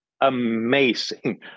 amazing